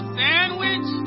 sandwich